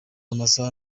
amasaha